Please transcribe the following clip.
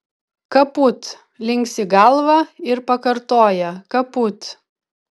kaput linksi galvą ir pakartoja kaput